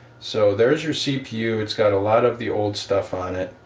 so there's your cpu it's got a lot of the old stuff on it.